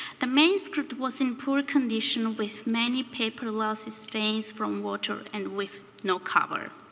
the main script was in poor condition with many paper losses, stains from water and with no cover.